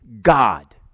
God